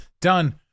done